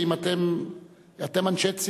אתם אנשי ציבור.